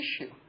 issue